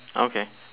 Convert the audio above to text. okay